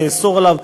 לאסור עליו.